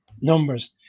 numbers